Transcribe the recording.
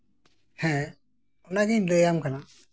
ᱦᱮᱸ ᱚᱱᱟᱜᱤᱧ ᱞᱟᱹᱭ ᱟᱢ ᱠᱟᱱᱟ